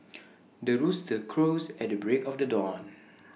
the rooster crows at the break of the dawn